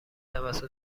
توسط